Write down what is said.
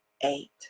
eight